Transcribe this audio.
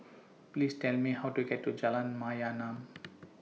Please Tell Me How to get to Jalan Mayaanam